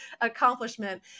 accomplishment